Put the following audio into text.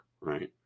right